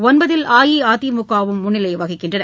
ஒன்பதில் அஇஅதிமுக வும் முன்னிலை வகிக்கின்றன